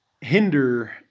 hinder